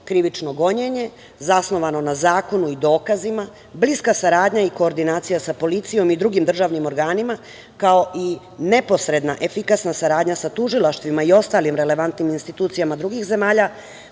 krivično gonjenje, zasnovano na zakonu i dokazima, bliska saradnja i koordinacija sa policijom i drugim državnim organima, kao i neposredna efikasna saradnja sa tužilaštvima i ostalim relevantnim institucijama drugih zemalja